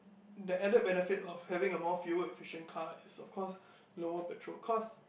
the added benefit of having a more fuel efficient car is of course lower petrol cost